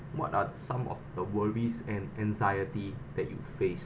what are some of the worries and anxiety that you face